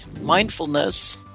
mindfulness